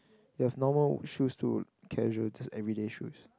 you have normal shoes to casual just everyday shoes